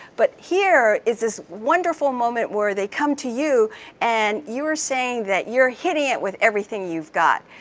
but here is this wonderful moment where they come to you and you're saying that you're hitting it with everything you've got.